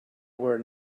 were